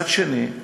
מצד שני,